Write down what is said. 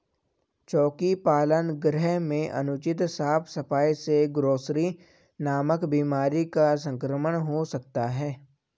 चोकी पालन गृह में अनुचित साफ सफाई से ग्रॉसरी नामक बीमारी का संक्रमण हो सकता है